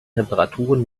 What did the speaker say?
temperaturen